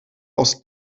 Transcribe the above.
aus